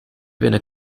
venne